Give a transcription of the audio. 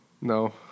No